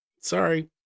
Sorry